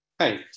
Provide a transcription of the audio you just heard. Hi